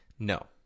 No